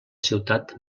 ciutat